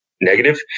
negative